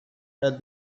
had